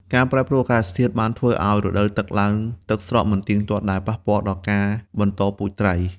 ការប្រែប្រួលអាកាសធាតុ បានធ្វើឱ្យរដូវទឹកឡើងទឹកស្រកមិនទៀងទាត់ ដែលប៉ះពាល់ដល់ការបន្តពូជត្រី។